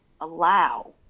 allow